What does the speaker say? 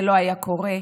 זה לא היה קורה.